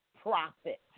profit